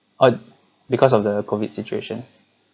oh because of the COVID situation